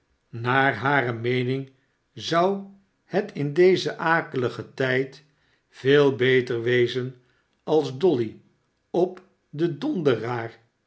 naar hare meening zou het in dezen akeligen tijd veel beter wezen als dolly op de